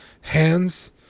hands